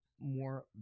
more